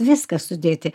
viską sudėti